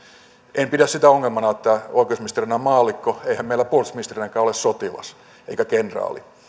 en pidä sitä ongelmana että oikeusministerinä on maallikko eihän meillä puolustusministerinäkään ole sotilas eikä kenraali